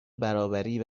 برابری